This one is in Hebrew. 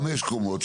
חמש קומות,